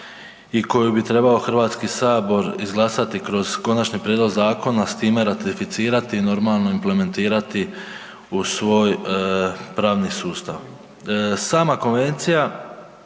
i koju bi trebao HS izglasati kroz konačni prijedlog zakona s time ratificirati i normalno implementirati u svoj pravni sustav. Sama konvencija